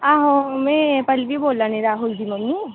आहो में पल्लवी बोल्लै निं राहुल दी मम्मी